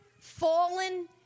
fallen